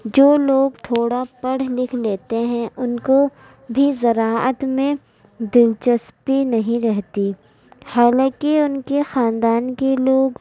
جو لوگ تھوڑا پڑھ لکھ لیتے ہیں ان کو بھی زراعت میں دلچسپی نہیں رہتی حالانکہ ان کے خاندان کے لوگ